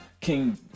King